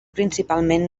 principalment